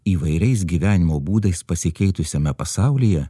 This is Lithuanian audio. įvairiais gyvenimo būdais pasikeitusiame pasaulyje